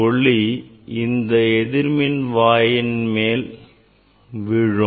ஒளி இந்த எதிர்மின்வாயின் மேல் விழும்